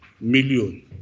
million